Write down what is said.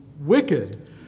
wicked